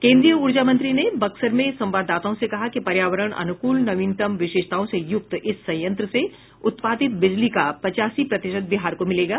केन्द्रीय ऊर्जा मंत्री ने बक्सर में संवाददाताओं से कहा कि पर्यावरण अनुकूल नवीनतम विशेषताओं से युक्त इस संयंत्र से उत्पादित बिजली का पचासी प्रतिशत बिहार को मिलेगा